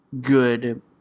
good